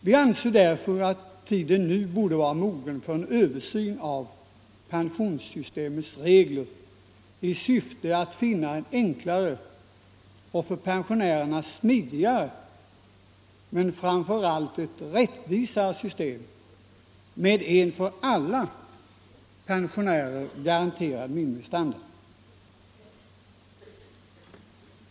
Vi anser därför att tiden nu borde vara mogen för en översyn av pen Sänkning av den sionssystemets regler i syfte att finna ett enklare och för pensionärerna allmänna pensionssmidigare men framför allt rättvisare system, med en för alla pensionärer åldern, m.m. garanterad minimistandard.